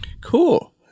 cool